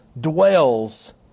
dwells